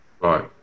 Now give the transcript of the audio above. Right